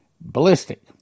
Ballistic